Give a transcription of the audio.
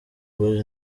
boyz